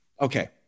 Okay